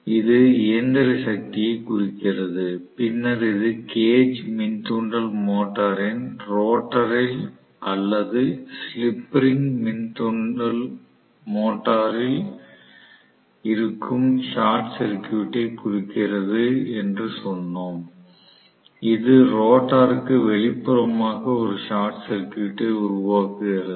இது இயந்திர சக்தியைக் குறிக்கிறது பின்னர் இது கேஜ் மின் தூண்டல் மோட்டரின் ரோட்டரில் அல்லது ஸ்லிப் ரிங் மின் தூண்டல் மோட்டரில் இருக்கும் ஷார்ட் சர்கியூட்டை குறிக்கிறது என்று சொன்னோம் இது ரோட்டருக்கு வெளிப்புறமாக ஒரு ஷார்ட் சர்கியூட்டை உருவாக்குகிறது